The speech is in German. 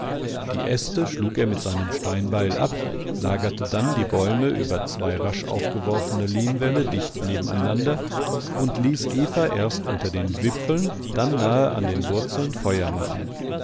die äste schlug er mit seinem steinbeil ab lagerte dann die bäume über zwei rasch aufgeworfene lehmwälle dicht nebeneinander und ließ eva erst unter den wipfeln dann nahe an den wurzeln feuer machen